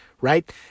right